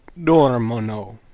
dormono